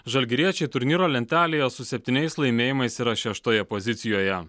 žalgiriečiai turnyro lentelėje su septyniais laimėjimais yra šeštoje pozicijoje